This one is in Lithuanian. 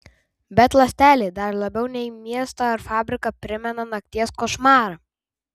bet ląstelė dar labiau nei miestą ar fabriką primena nakties košmarą